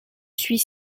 suis